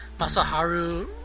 Masaharu